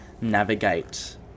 navigate